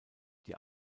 die